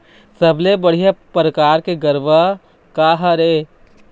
सबले बढ़िया परकार के गरवा का हर ये?